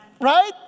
right